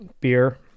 beer